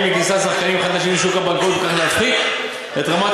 לכניסת שחקנים חדשים לשוק הבנקאות ובכך להפחית את רמת